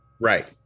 Right